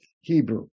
Hebrew